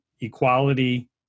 equality